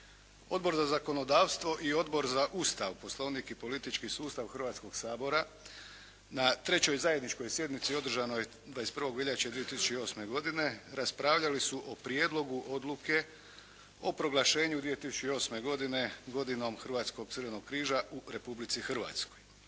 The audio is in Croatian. Odbor za zakonodavstvo i Odbor za Ustav, Poslovnik i politički sustav Hrvatskoga sabora na 3. zajedničkoj sjednici održanoj 21. veljače 2008. godine raspravljali su o Prijedlogu odluke o proglašenju 2008. godine "godinom Hrvatskog crvenog križa" u Republici Hrvatskoj.